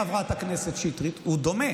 חברת הכנסת שטרית, הוא דומה